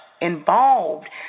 involved